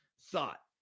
thought